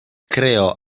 creò